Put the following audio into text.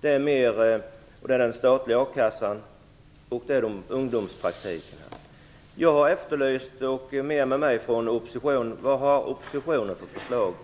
Det är mera ALU, den statliga a-kassan och ungdomspraktiken. Jag har efterlyst oppositionens förslag.